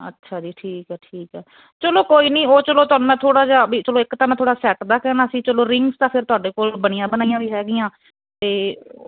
ਅੱਛਿਆ ਜੀ ਠੀਕ ਐ ਠੀਕ ਐ ਚਲੋ ਕੋਈ ਨੀ ਉਹ ਚਲੋ ਤੁਹਾਨੂੰ ਮੈਂ ਥੋੜਾ ਜਿਹਾ ਵੀ ਚਲੋ ਇੱਕ ਤਾਂ ਮੈਂ ਥੋੜਾ ਸੈੱਟ ਦਾ ਕਹਿਨਾ ਸੀ ਚਲੋ ਰਿੰਗਸ ਤਾਂ ਫੇਰ ਤੁਹਾਡੇ ਕੋਲ ਬਨੀਆਂ ਬਨਾਈਆਂ ਵੀ ਹੈਗੀਆਂ ਤੇ